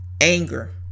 anger